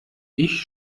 ich